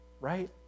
right